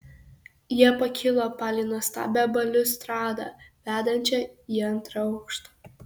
jie pakilo palei nuostabią baliustradą vedančią į antrą aukštą